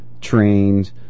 trained